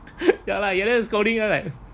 ya lah you know scolding ya like